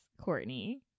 courtney